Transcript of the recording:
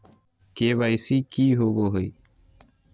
KYC की होबो है?